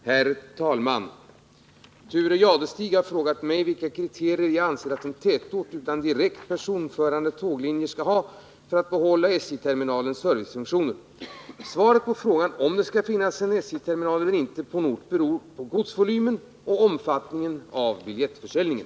Herr talman! Thure Jadestig har frågat mig vilka kriterier jag anser att en tätort — utan direkt personförande tåglinjer — skall uppfylla för att få behålla SJ-terminalens servicefunktioner. Svaret på frågan om det skall finnas en SJ-terminal eller inte på en ort beror på godsvolymen och omfattningen av biljettförsäljningen.